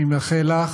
אני מאחל לך,